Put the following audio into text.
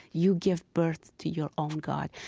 you give birth to your own god.